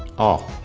ahh